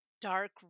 dark